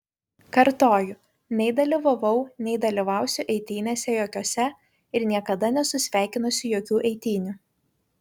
kartoju nei dalyvavau nei dalyvausiu eitynėse jokiose ir niekada nesu sveikinusi jokių eitynių